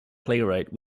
playwright